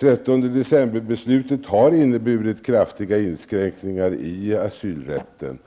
13 december-beslutet har inneburit kraftiga inskränkningar i asylrätten.